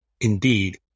Indeed